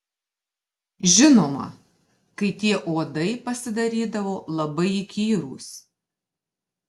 žinoma kai tie uodai pasidarydavo labai įkyrūs